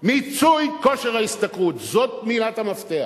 מיצוי כושר ההשתכרות, זאת מילת המפתח,